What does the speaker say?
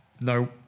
No